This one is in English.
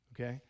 okay